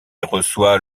reçoit